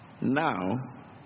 now